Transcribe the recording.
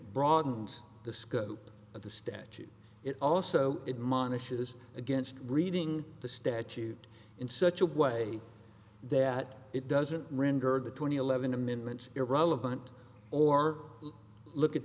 broadens the scope of the statute it also admonishes against reading the statute in such a way that it doesn't render the twenty eleven amendments irrelevant or look at